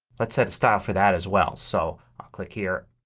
let's set a style for that as well. so i'll click here,